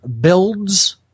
builds